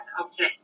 okay